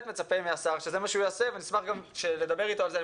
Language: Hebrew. מצפה מהשר שזה מה שהוא יעשה ונשמח גם לדבר איתו על זה.